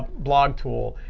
blog tool.